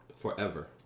forever